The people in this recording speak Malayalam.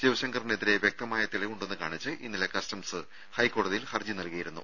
ശിവശങ്കറിനെതിരെ വ്യക്തമായ തെളിവുണ്ടെന്ന് കാണിച്ച് ഇന്നലെ കസ്റ്റംസ് ഹൈക്കോടതിയിൽ ഹർജി നൽകിയിരുന്നു